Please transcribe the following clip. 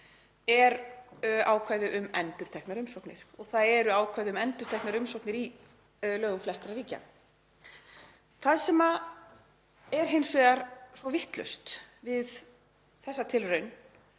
er ákvæði um endurteknar umsóknir og það eru ákvæði um endurteknar umsóknir í lögum flestra ríkja. Það sem er hins vegar svo vitlaust við þessa tilraun